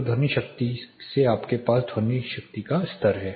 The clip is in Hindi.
तो ध्वनि शक्ति से आपके पास ध्वनि शक्ति का स्तर है